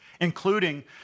including